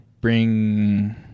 bring